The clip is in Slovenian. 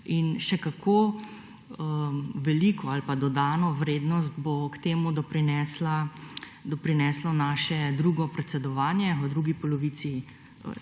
Še kako veliko ali dodano vrednost bo k temu doprineslo naše drugo predsedovanje v drugi polovici